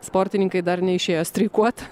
sportininkai dar neišėjo streikuot